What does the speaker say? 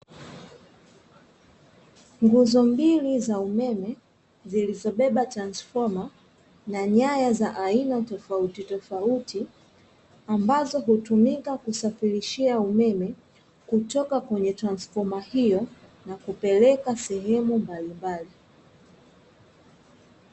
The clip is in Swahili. Nguzo mbili za umeme zilizobeba transfoma na nyaya za aina tofauti tofauti ambazo hutumika kusafirishia umeme kutoka kwenye transfoma hiyo na kupeleka sehemu mbalimbali.